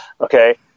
Okay